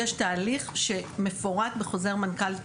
יש תהליך שמפורט בחוזר מנכ"ל,